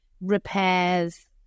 repairs